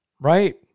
Right